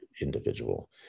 individual